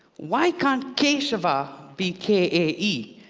why can't keshava be k a e?